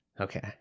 Okay